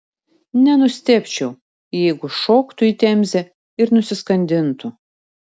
nenustebčiau jeigu šoktų į temzę ir nusiskandintų